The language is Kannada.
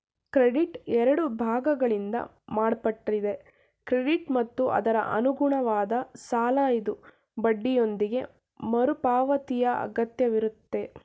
ಕ್ರೆಡಿಟ್ ಎರಡು ಭಾಗಗಳಿಂದ ಮಾಡಲ್ಪಟ್ಟಿದೆ ಕ್ರೆಡಿಟ್ ಮತ್ತು ಅದರಅನುಗುಣವಾದ ಸಾಲಇದು ಬಡ್ಡಿಯೊಂದಿಗೆ ಮರುಪಾವತಿಯಅಗತ್ಯವಿರುತ್ತೆ